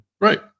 right